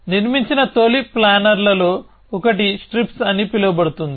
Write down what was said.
నిర్మించిన తొలి ప్లానర్లలో ఒకటి స్ట్రిప్స్ అని పిలువబడింది